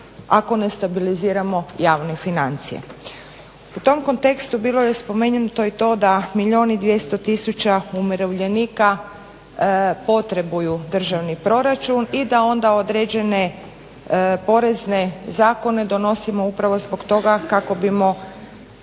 ako ne stabiliziramo javne financije. U tom kontekstu bilo je spomenuto i to da milijun i 200 tisuća umirovljenika potrebuju državni proračun i da onda određene porezne zakone donosimo upravo zbog toga kako bismo